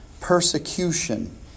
persecution